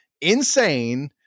insane